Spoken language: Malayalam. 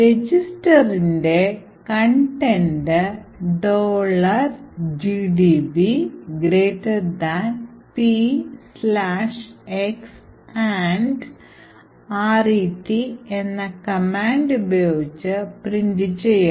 രജിസ്റ്ററിന്റെ content gdb p x ret എന്ന കമാൻഡ് ഉപയോഗിച്ച് പ്രിൻറ് ചെയ്യാം